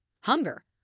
hunger